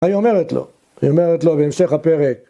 מה היא אומרת לו, היא אומרת לו בהמשך הפרק